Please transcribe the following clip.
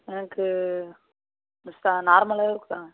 எனக்கு நார்மலாவே இப்போ